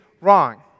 wrong